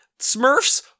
Smurfs